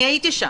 הייתי שם.